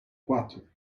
quatro